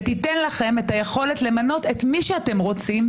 ותיתן לכם את היכולת למנות את מי שאתם רוצים,